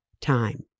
time